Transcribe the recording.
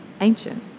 ancient